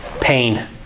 pain